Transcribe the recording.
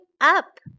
up